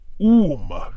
Oom